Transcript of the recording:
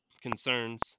concerns